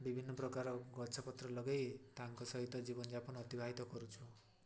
ବିଭିନ୍ନ ପ୍ରକାର ଗଛପତ୍ର ଲଗାଇ ତାଙ୍କ ସହିତ ଜୀବନଯାପନ ଅତିବାହିତ କରୁଛୁ